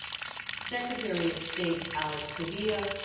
secretary of state alex padilla,